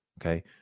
okay